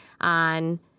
on